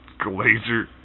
Glazer